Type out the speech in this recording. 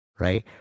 Right